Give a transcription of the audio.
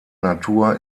natur